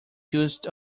used